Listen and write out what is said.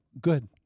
Good